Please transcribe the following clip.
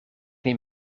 neem